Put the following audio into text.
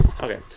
Okay